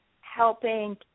helping